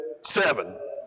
seven